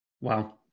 Wow